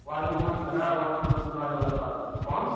وعلیکم السلام و رحمتہ اللہ و برکاتہ کون